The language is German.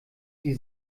die